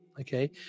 okay